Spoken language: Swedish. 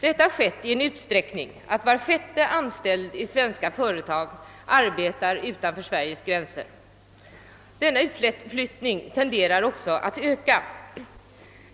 Detta har skett i en sådan utsträckning att var sjätte anställd i svenska företag arbetar utanför Sveriges gränser. Denna utflyttning tenderar också att öka.